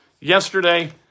Yesterday